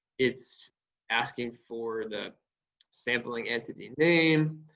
it's asking for the sampling entity name.